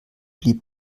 blieb